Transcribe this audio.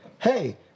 Hey